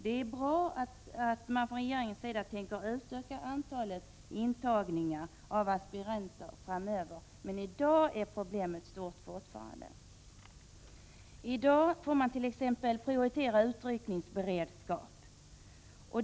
Det är bra att regeringen framöver tänker öka antalet aspiranter som tas in, men i dag är problemet fortfarande stort. I dag får man t.ex. prioritera utryckningsberedskap.